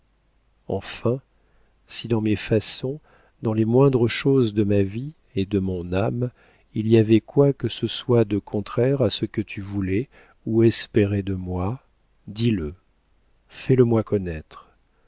enfin si dans mes façons dans les moindres choses de ma vie et de mon âme il y avait quoi que ce soit de contraire à ce que tu voulais ou espérais de moi dis-le fais le moi connaître